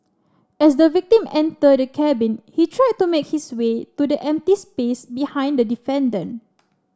as the victim entered the cabin he tried to make his way to the empty space behind the defendant